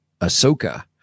Ahsoka